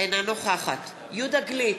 אינה נוכחת יהודה גליק,